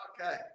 Okay